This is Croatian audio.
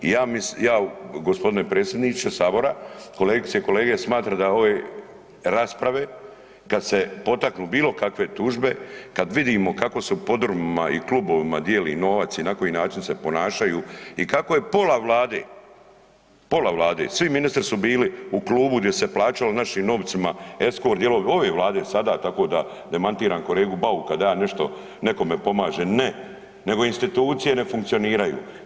Ja mislim, ja g. predsjedniče sabora, kolegice i kolege smatram da ove rasprave kad se potaknu bilo kakve tužbe, kad vidimo kako se u podrumima i klubovima dijeli novac i na koji način se ponašaju i kako je pola vlade, pola vlade, svi ministri su bili u klubu gdje se plaćalo našim novcima eskort … [[Govornik se ne razumije]] ove vlade sada tako da demantiram kolegu Bauka da ja nešto nekome pomažem, ne, nego institucije ne funkcioniraju.